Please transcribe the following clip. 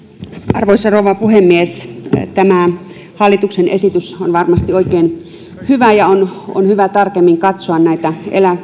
arvoisa rouva puhemies tämä hallituksen esitys on varmasti oikein hyvä ja on on hyvä tarkemmin katsoa näitä